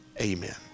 amen